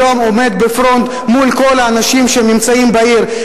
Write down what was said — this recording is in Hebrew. היום עומד בפרונט מול כל האנשים שנמצאים בעיר,